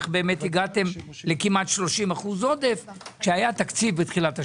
איך הגעתם לכמעט 30% עודף כשהיה תקציב בתחילת השנה.